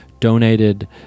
donated